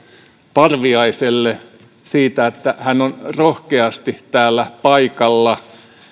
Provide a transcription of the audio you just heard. parviaiselle siitä että hän on rohkeasti täällä paikalla